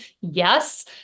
Yes